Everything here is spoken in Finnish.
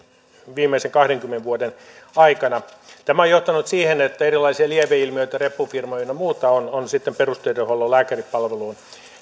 viimeisen kahdenkymmenen vuoden aikana tämä on johtanut siihen että erilaisia lieveilmiöitä reppufirmoja ynnä muuta on on sitten perusterveydenhuollon lääkäripalveluihin